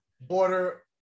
border